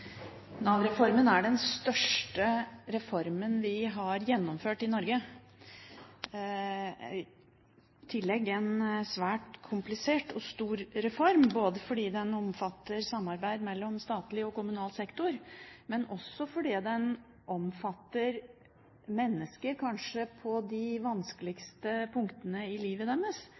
en svært komplisert og stor reform, fordi den omfatter samarbeid mellom statlig og kommunal sektor, men også fordi den omfatter mennesker på de kanskje vanskeligste punktene i livet deres,